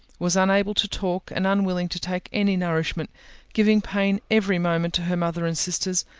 was unable to talk, and unwilling to take any nourishment giving pain every moment to her mother and sisters,